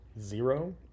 zero